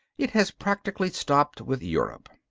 it has practically stopped with europe.